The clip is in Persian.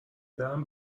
برم